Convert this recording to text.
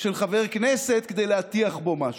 של חבר כנסת כדי להטיח בו משהו.